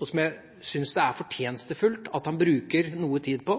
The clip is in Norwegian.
og som jeg syns det er fortjenstfullt at han bruker noe tid på,